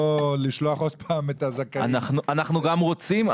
לא לשלוח עוד פעם את הזכאים אנחנו גם רוצים,